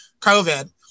COVID